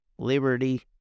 liberty